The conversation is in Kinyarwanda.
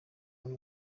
muri